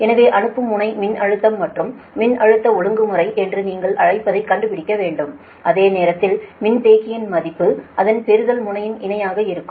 எனவே அனுப்பும் முனை மின்னழுத்தம் மற்றும் மின்னழுத்த ஒழுங்குமுறை என்று நீங்கள் அழைப்பதை கண்டுபிடிக்க வேண்டும் அதே நேரத்தில் மின்தேக்கியின் மதிப்பு அந்த பெறுதல் முனையில் இணையாக இருக்கும்